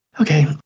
Okay